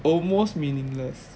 almost meaningless